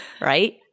Right